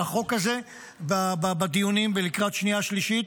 החוק הזה בדיונים ולקראת שנייה-שלישית.